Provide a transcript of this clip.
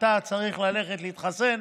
אתה צריך ללכת להתחסן,